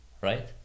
right